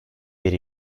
bir